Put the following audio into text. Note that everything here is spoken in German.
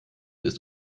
ist